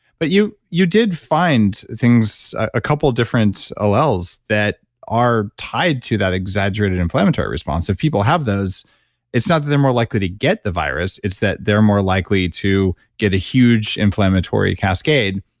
but you you did find a couple of different alleles that are tied to that exaggerated inflammatory response. if people have those it's not that they're more likely to get the virus, it's that they're more likely to get a huge inflammatory cascade,